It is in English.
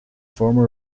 former